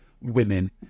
Women